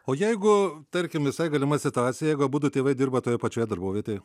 o jeigu tarkim visai galima situacija jeigu abudu tėvai dirba toje pačioje darbovietėje